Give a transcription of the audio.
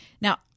Now